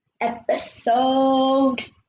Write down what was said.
episode